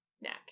neck